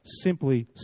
simply